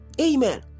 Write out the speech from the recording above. Amen